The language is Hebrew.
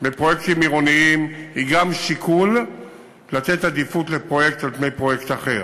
בפרויקטים עירוניים היא גם שיקול לתת עדיפות לפרויקט על פני פרויקט אחר,